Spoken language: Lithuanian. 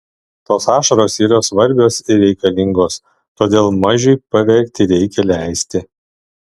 tos ašaros yra svarbios ir reikalingos todėl mažiui paverkti reikia leisti